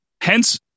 Hence